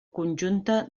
conjunta